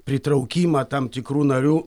pritraukimą tam tikrų narių